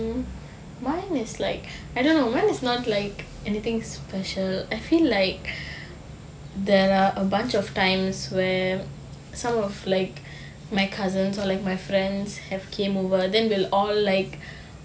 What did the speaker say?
mine is like I don't know mine is not like anything special I feel like there are a bunch of times where some of like my cousins or like my friends have came over then we'll all like